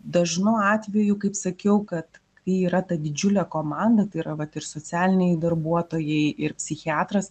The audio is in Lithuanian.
dažnu atveju kaip sakiau kad tai yra ta didžiulė komanda tai yra vat ir socialiniai darbuotojai ir psichiatras